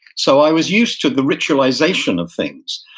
so i was used to the ritualization of things,